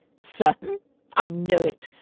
certain i know it.